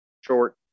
short